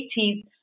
18th